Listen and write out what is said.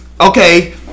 okay